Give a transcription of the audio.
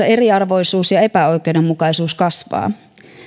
eriarvoisuus ja epäoikeudenmukaisuus kasvaa